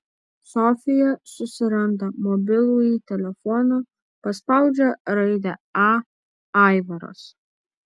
sofija susiranda mobilųjį telefoną paspaudžia raidę a aivaras